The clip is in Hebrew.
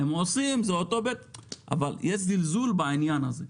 יש זלזול בעניין הזה.